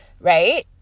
right